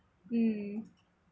mm